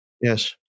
Yes